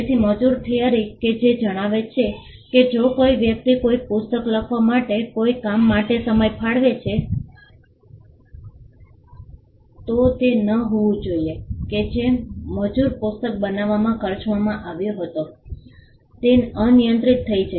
તેથી મજૂર થિયરી કે જે જણાવે છે કે જો કોઈ વ્યક્તિ કોઈ પુસ્તક લખવા માટે કોઈ કામ માટે સમય ફાળવે છે તો તે ન હોવું જોઈએ કે જે મજૂર પુસ્તક બનાવવામાં ખર્ચવામાં આવ્યો હતો તે અનિયંત્રિત થઈ જાય